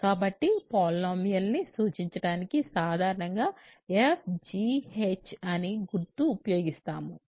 కాబట్టి పాలినోమియల్ ని సూచించడానికి సాధారణంగా f g h అనే గుర్తును ఉపయోగిస్తాము